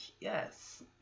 yes